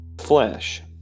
flesh